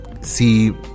see